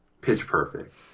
Pitch-perfect